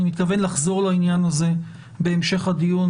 אני מתכוון לחזור לעניין הזה בהמשך הדיון